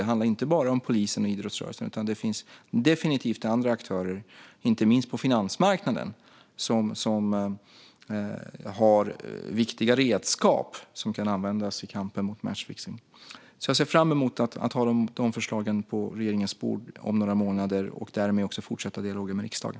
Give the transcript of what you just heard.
Det handlar inte bara om polisen och idrottsrörelsen, utan det finns definitivt andra aktörer - inte minst på finansmarknaden - som har viktiga redskap som kan användas i kampen mot matchfixning. Jag ser fram emot att ha de förslagen på regeringens bord om några månader och därmed också fortsätta dialogen med riksdagen.